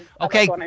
Okay